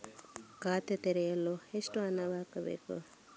ಖಾತೆ ತೆರೆಯಲು ಎಷ್ಟು ಹಣ ಹಾಕಬೇಕು?